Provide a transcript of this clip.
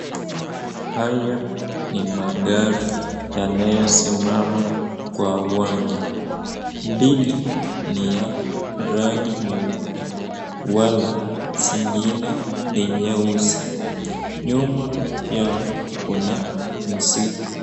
Haya ni magari yanayosimama kwa uwanja, mbili ni ya rangi nyeupe wala zingine ni nyeusi. Nyuma yao kuna msitu.